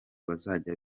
bazajya